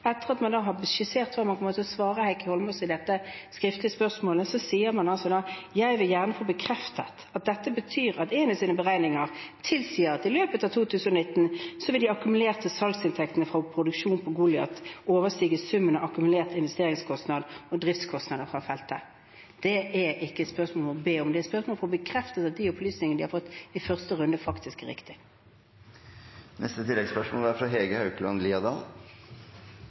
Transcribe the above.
Etter at man har skissert hva man kommer til å svare Heikki Eidsvoll Holmås i dette skriftlige spørsmålet, sier man altså: «Jeg vil gjerne få bekreftet at dette betyr at Eni sine beregninger tilsier at i løpet av 2019 så vil de akkumulerte salgsinntektene fra produksjonen på Goliat overstige summen av akkumulerte investeringskostnader og driftskostnader fra feltet.» Det er ikke et spørsmål om å be om, men et spørsmål om å få bekreftet at de opplysningene de har fått i første runde, faktisk er riktige. Hege Haukeland Liadal – til oppfølgingsspørsmål. Det er